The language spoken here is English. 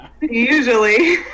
usually